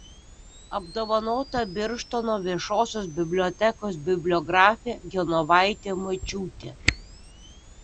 apdovanota birštono viešosios bibliotekos bibliografė genovaitė mačiūtė